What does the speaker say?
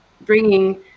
bringing